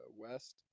West